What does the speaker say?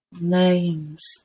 names